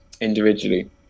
individually